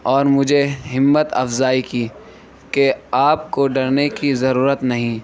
اور مجھے ہمت افزائی کی کہ آپ کو ڈرنے کی ضرورت نہیں